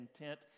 intent